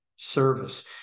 service